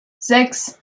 sechs